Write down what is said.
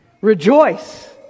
rejoice